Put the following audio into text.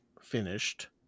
finished